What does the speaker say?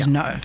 no